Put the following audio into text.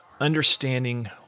understanding